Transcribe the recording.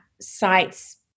sites